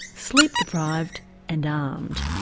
sleep deprived and armed.